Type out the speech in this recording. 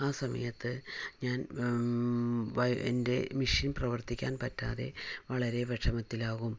ആ സമയത്ത് ഞാൻ എൻ്റെ മെഷീൻ പ്രവർത്തിക്കാൻ പറ്റാതെ വളരെ വിഷമത്തിലാകും